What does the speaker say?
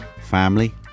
family